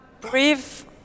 brief